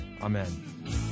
Amen